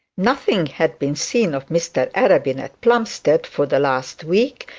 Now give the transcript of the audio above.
nothing had been seen of mr arabin at plumstead for the last week,